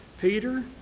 Peter